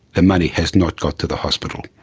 the money has not got to the hospital.